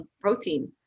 protein